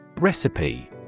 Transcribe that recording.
Recipe